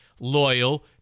loyal